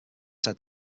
said